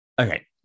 Okay